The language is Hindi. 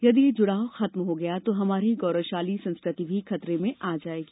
यदि यह जुड़ाव खत्म हो गया तो हमारी गौरवशाली संस्कृति भी खतरे में आ जाएगी